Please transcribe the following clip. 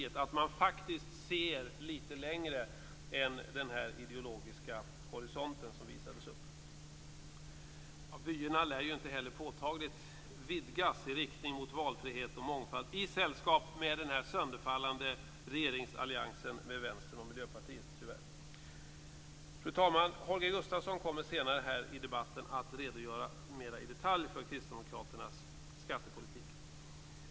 Vi hoppas att man faktiskt ser lite längre än den ideologiska horisont som visades upp. Tyvärr lär vyerna inte heller påtagligt vidgas i riktning mot valfrihet och mångfald i den sönderfallande regeringsalliansen med Vänstern och Miljöpartiet. Fru talman! Holger Gustafsson kommer senare i debatten att mer i detalj redogöra för Kristdemokraternas skattepolitik.